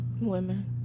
women